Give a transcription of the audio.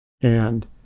And-